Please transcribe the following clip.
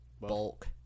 bulk